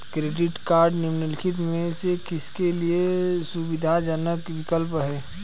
Credit cards निम्नलिखित में से किसके लिए सुविधाजनक विकल्प हैं?